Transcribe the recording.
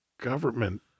government